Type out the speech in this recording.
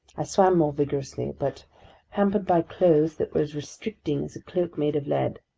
i swam more vigorously, but hampered by clothes that were as restricting as a cloak made of lead,